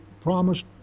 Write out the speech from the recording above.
promised